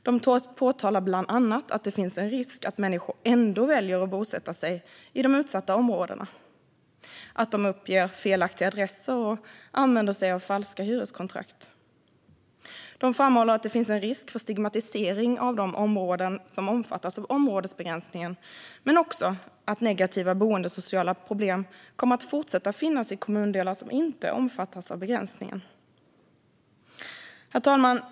De påtalar bland annat att det finns en risk att människor ändå väljer att bosätta sig i de utsatta områdena, att de uppger felaktiga adresser och att de använder falska hyreskontrakt. De framhåller att det finns en risk för stigmatisering av de områden som omfattas av områdesbegränsningen men också att negativa boendesociala problem kommer att fortsätta finnas i kommundelar som inte omfattas av begränsningen. Herr talman!